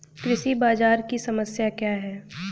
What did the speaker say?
कृषि बाजार की समस्या क्या है?